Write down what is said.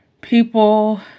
people